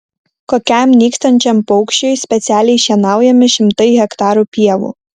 kokiam nykstančiam paukščiui specialiai šienaujami šimtai hektarų pievų